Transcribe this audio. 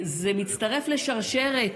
זה מצטרף לשרשרת,